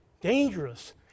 dangerous